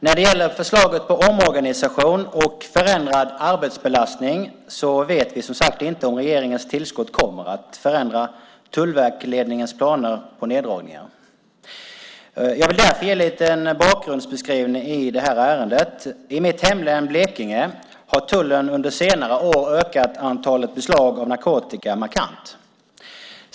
När det gäller förslaget på omorganisation och förändrad arbetsbelastning vet vi som sagt inte om regeringens tillskott kommer att förändra tullverksledningens planer på neddragningar. Jag vill därför ge en liten bakgrundsbeskrivning i ärendet. I mitt hemlän Blekinge har tullen under senare år ökat antalet beslag av narkotika markant.